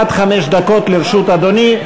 עד חמש דקות לרשות אדוני.